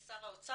לשר האוצר,